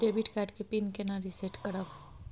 Debit card के pin केना reset करब?